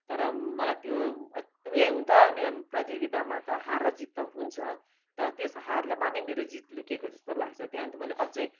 तर मलाई त्यो एकदमै हुन त अनि प्रतियोगितामा त हार जित त हुन्छ तर त्यस हारमा नै मेरो जित लुकेको जस्तो लाग्छ त्यहाँदेखिन् त मैले अझै